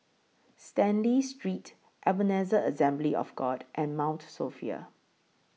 Stanley Street Ebenezer Assembly of God and Mount Sophia